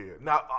Now